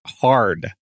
hard